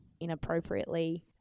inappropriately